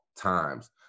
times